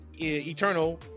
Eternal